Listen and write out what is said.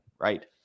right